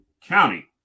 county